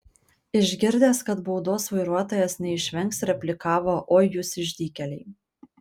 išgirdęs kad baudos vairuotojas neišvengs replikavo oi jūs išdykėliai